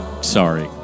sorry